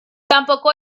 tampoco